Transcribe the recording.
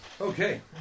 Okay